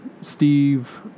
Steve